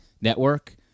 network